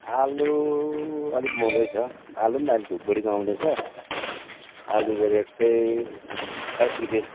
आलु अलिक महँगै छ आलु पनि त अहिले धुपगढीको आउँदैछ आलुको रेट चाहिँ बाइस रुपियाँ